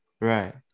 Right